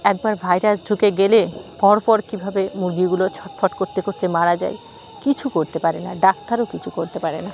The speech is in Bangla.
একবার ভাইরাস ঢুকে গেলে পর পর কীভাবে মুরগিগুলো ছটফট করতে করতে মারা যায় কিছু করতে পারে না ডাক্তারও কিছু করতে পারে না